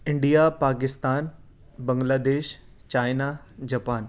India Pakistan Bangladesh China Japan